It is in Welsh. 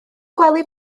gwely